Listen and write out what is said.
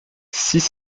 six